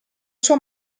sua